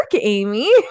Amy